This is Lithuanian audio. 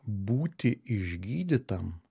būti išgydytam